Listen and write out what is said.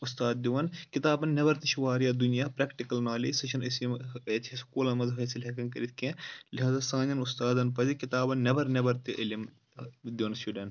اُستاد دِوان کِتابن نؠبر تہِ چھِ واریاہ دُنیا پرٛیٚکٹِکَل نالیَج سُہ چھِنہٕ أسۍ یِم اَتہِ سکوٗلَن منٛز حٲصِل ہیٚکان کٔرِتھ کینٛہہ لِہٰذا سانؠن اُستادَن پَزِ کِتابَن نؠبَر نؠبر تہِ عِلم دِیُن شُرؠن